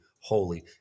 holy